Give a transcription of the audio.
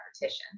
repetition